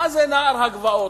מה זה "נוער הגבעות"?